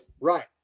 Right